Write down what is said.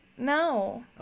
No